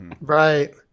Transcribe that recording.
Right